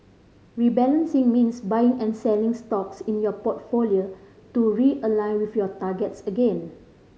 rebalancing means buying and selling stocks in your portfolio to realign with your targets again